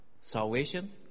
salvation